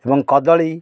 ଏବଂ କଦଳୀ